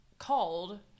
called